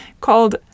called